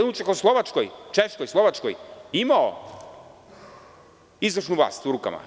Da li je u Češkoj, Slovačkoj imao izvršnu vlast u rukama?